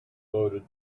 loaded